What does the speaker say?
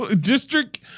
District